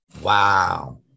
Wow